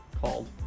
called